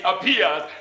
appears